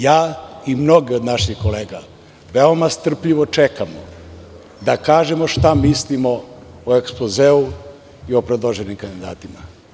Ja i mnogi od naših kolega veoma strpljivo čekamo da kažemo šta mislimo o ekspozeu i o predloženim kandidatima.